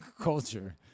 culture